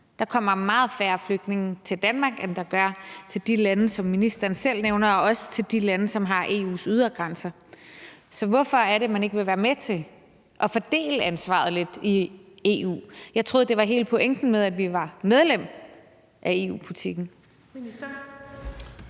Der kommer meget færre flygtninge til Danmark, end der gør til de lande, som ministeren selv nævner, og også til de lande, som har EU's ydre grænser. Så hvorfor er det, at man ikke vil være med til at fordele ansvaret lidt i EU? Jeg troede, at det var hele pointen med, at vi var medlem af EU-butikken.